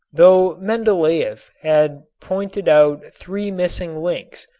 though mendeleef had pointed out three missing links,